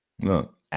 Look